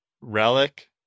relic